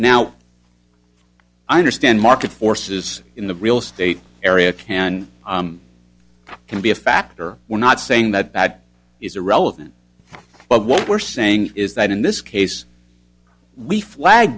now i understand market forces in the real state area can can be a factor we're not saying that bad is irrelevant but what we're saying is that in this case we flag